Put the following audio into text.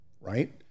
right